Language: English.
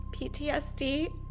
PTSD